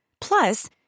Plus